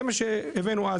זה מה שהבאנו אז,